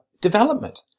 development